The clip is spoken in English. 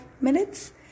minutes